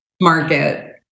market